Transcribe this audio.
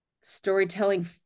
storytelling